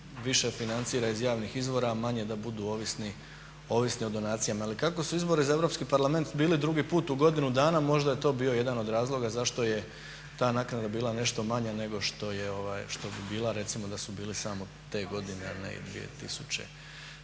više financira iz javnih izvora, a manje da budu ovisni o donacijama. Ali kako su izbori za Europski parlament bili drugi put u godinu dana možda je to bio jedan od razloga zašto je ta naknada bila nešto manja nego što bi bila recimo da su bili samo te godine, a ne i 2013.